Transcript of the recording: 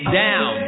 down